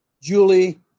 Julie